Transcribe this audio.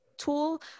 tool